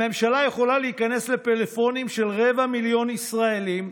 הממשלה יכולה להיכנס לפלאפונים של רבע מיליון ישראלים,